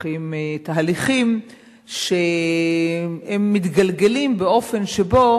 מתפתחים תהליכים שמתגלגלים באופן שבו